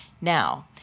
Now